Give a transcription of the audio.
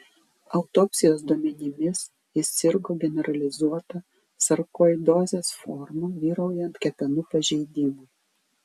autopsijos duomenimis jis sirgo generalizuota sarkoidozės forma vyraujant kepenų pažeidimui